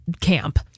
camp